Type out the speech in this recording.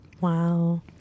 wow